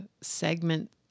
segment